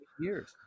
years